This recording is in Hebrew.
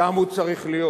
שם הוא צריך להיות,